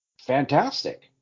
fantastic